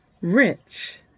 Rich